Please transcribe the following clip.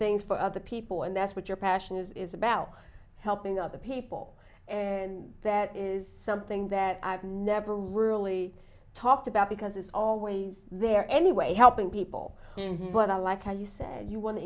things for other people and that's what your passion is about helping other people and that is something that i've never really talked about because it's always there anyway helping people but i like how you said you want to